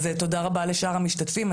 אז תודה רבה לשאר המשתתפים,